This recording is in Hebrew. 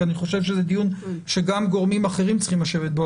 כי אני חושב שזה דיון שגם גורמים אחרים צריכים לשבת בו,